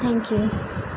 thank you